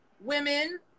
women